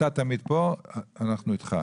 אתה תמיד פה, ואנחנו איתך.